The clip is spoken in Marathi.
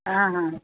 हां हां